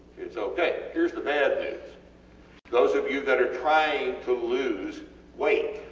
its okay, heres the bad news those of you that are trying to lose weight,